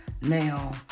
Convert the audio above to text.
Now